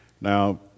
Now